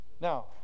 Now